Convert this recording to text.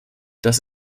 das